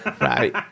right